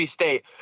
state